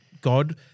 God